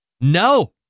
no